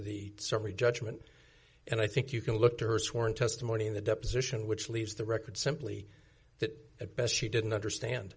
the summary judgment and i think you can look to her sworn testimony in the deposition which leaves the record simply that at best she didn't understand